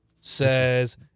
says